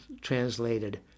translated